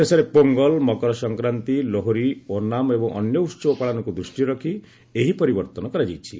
ଦେଶରେ ପୋଙ୍ଗଲ୍ ମକର ସଂକ୍ରାନ୍ତି ଲୋହରି ଓନାମ୍ ଏବଂ ଅନ୍ୟ ଉତ୍ସବ ପାଳନକୁ ଦୃଷ୍ଟିରେ ରଖି ଏହି ପରିବର୍ତ୍ତନ କରାଯାଇଛି